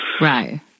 Right